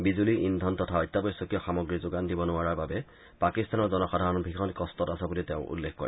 বিজুলী ইন্ধন তথা অত্যাৱশ্যকীয় সামগ্ৰী যোগান দিব নোৱাৰাৰ বাবে পাকিস্তানৰ জনসাধাৰণ ভীষণ কষ্টত আছে বুলি তেওঁ উল্লেখ কৰে